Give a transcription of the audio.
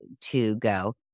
to-go